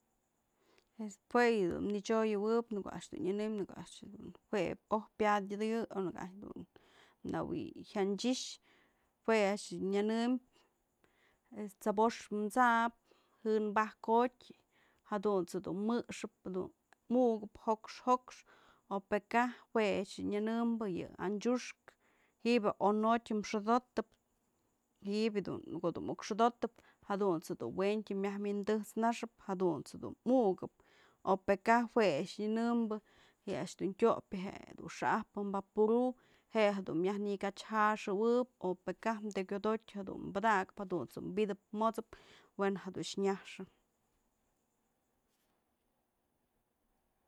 Jue yë dun nëchyoyëwëp në ko'o a'ax dun nyënëm jue po'oj pyadyë o në ko'o najkë nëwyë janchyx, jue a'ax yë nyanëm este, t'sbox t'sabë jën bajkotyë jadunt's jedun njëxëp jadun mukëp jokxë o pë kaj jue a'ax yë nyanëmbë yë anxiuxkë ji'ibë je'e on jotyë xodotëp, ji'ib ko'o dun muk xëdotëp jadunt's je dun wëntyë wi'in dët'snaxëp, jadunt's jedun mukëp, o pë kaj jue a'ax nyënëmbë je a'ax dun tyopyë jedun xa'ajpë vaporu je'e jedun myaj në kyachjaxëwëb o pëkaj te'ek jyodotyë jadun padakëp jadunt's dun bi'itëp mot'sëp wën jedun nyajxë.